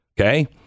okay